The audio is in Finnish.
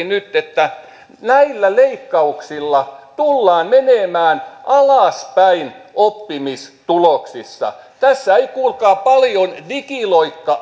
nyt opetusministeri että näillä leikkauksilla tullaan menemään alaspäin oppimistuloksissa tässä ei kuulkaa paljon digiloikka